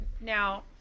now